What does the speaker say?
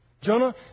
Jonah